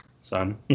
Son